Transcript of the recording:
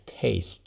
taste